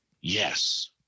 yes